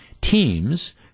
teams